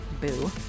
boo